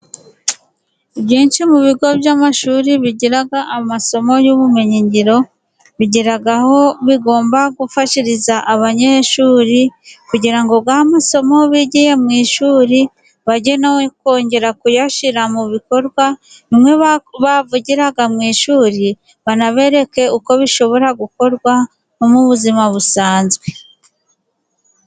Ibyinshi mu bigo by'amashuri bigira amasomo y'ubumenyingiro, bigira aho bigomba gufashiriza abanyeshuri kugira ngo amasomo bigiye mu ishuri, bajye no kongera kuyashyira mu bikorwa. Bimwe bavugiraga mu ishuri banabereke uko bishobora gukorwa mu buzima busanzwe.